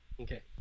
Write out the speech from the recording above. Okay